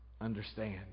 understand